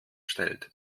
stellt